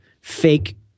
fake